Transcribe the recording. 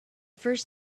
first